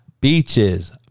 beaches